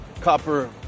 copper